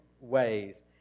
ways